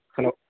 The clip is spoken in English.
hello